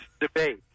debate